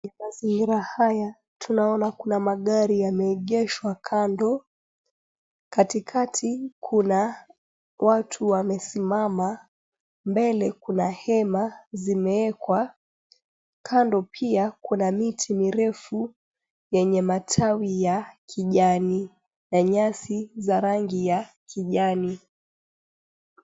Mazingira haya tunaona kuna magari yameegeshwa kando. Katikati kuna watu wamesimama. Mbele kuna hema zimewekwa. Kando pia kuna miti mirefu yenye matawi ya kijani na nyasi za rangi ya kijani.